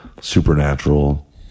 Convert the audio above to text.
supernatural